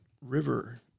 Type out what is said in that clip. river